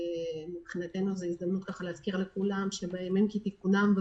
מבחינתנו זו הזדמנות להזכיר לכולם שבימים כתיקונם,